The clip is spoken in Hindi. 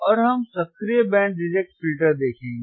और हम सक्रिय बैंड रिजेक्ट फिल्टर देखेंगे